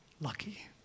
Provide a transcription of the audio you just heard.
lucky